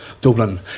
Dublin